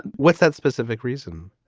what's that specific reason?